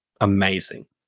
amazing